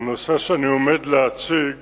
הנושא שאני עומד להציג